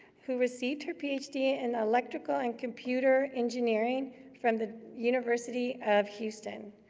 who received her ph d. in electrical and computer engineering from the university of houston.